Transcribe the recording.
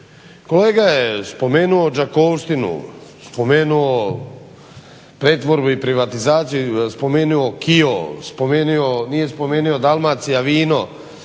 Kolega je spomenuo Đakovštinu, spomenuo pretvorbu i privatizaciju, spomenuo KIO, nije spomenuo Dalmacija vino